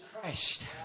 Christ